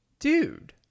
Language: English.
Dude